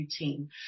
routine